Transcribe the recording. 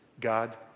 God